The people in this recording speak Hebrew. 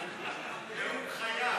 נאום חייו.